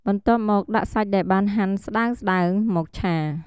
បន្ទាប់មកដាក់សាច់ដែលបានហាន់ស្តើងៗ មកឆា។